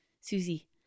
Susie